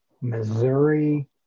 Missouri